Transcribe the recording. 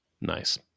Nice